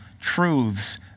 truths